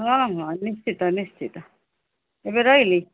ହଁ ହଁ ନିଶ୍ଚିତ ନିଶ୍ଚିତ ଏବେ ରହିଲି